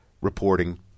reporting